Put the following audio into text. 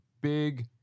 big